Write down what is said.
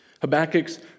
Habakkuk's